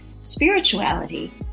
spirituality